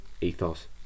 ethos